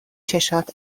چشات